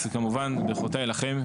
אז כמובן ברכותיי לכם,